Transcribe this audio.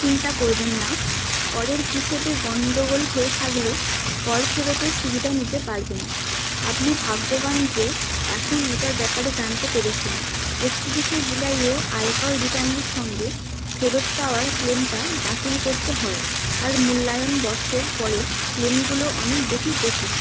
চিন্তা করবেন না করের হিসেবে গণ্ডগোল হয়ে থাকলে কর ফেরতের সুবিধা নিতে পারবেন আপনি ভাগ্যবান যে এখন এটার ব্যাপারে জানতে পেরেছেন একতিরিশে জুলাইয়ে আয়কর রিটানের সঙ্গে ফেরত পাওয়ার ক্লেমটা দাখিল করতে হয় আর মূল্যায়ন বর্ষের পরের ক্লেমগুলো অনেক বেশি জটিল